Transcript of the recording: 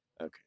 Okay